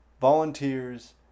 volunteers